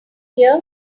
here